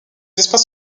espaces